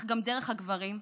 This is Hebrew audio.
אך גם דרך הגברים,